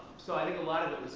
so i think a lot of it,